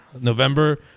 November